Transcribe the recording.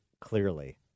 clearly